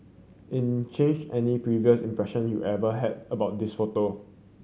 in change any previous impression you ever had about this photo